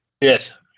Yes